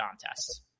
contests